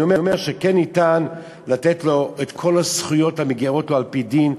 אני אומר שכן ניתן לתת לו את כל הזכויות המגיעות לו על-פי דין,